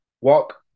walk